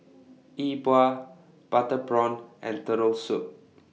E Bua Butter Prawn and Turtle Soup